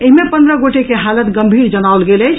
एहि मे पंद्रह गोटे के हालत गंभीर जनाओल गेल अछि